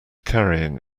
carrying